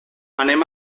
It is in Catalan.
anem